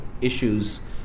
issues